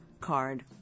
card